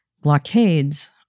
blockades